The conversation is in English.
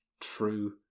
true